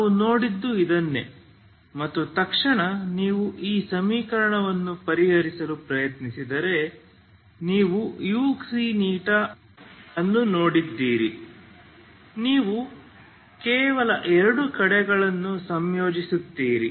ನಾವು ನೋಡಿದ್ದು ಇದನ್ನೇ ಮತ್ತು ತಕ್ಷಣ ನೀವು ಈ ಸಮೀಕರಣವನ್ನು ಪರಿಹರಿಸಲು ಪ್ರಯತ್ನಿಸಿದರೆ ನೀವು uξη ಅನ್ನು ನೋಡಿದ್ದೀರಿ ನೀವು ಕೇವಲ ಎರಡೂ ಕಡೆಗಳನ್ನು ಸಂಯೋಜಿಸುತ್ತೀರಿ